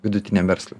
vidutiniam verslui